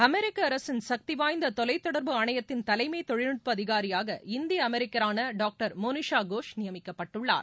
அமெரிக்க அரசின் சக்திவாய்ந்த தொலைத்தொடர்பு ஆணையத்தின் தலைமை தொழில்நுட்ப அதிகாரியாக இந்திய அமெரிக்கரான டாக்டர் மோனிஷா கோஷ் நியமிக்கப்பட்டுள்ளார்